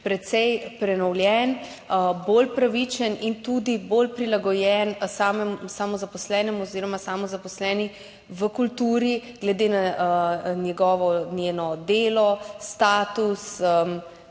precej prenovljen, bolj pravičen in tudi bolj prilagojen samozaposlenemu oziroma samozaposleni v kulturi glede na njegovo, njeno delo, status,